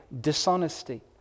dishonesty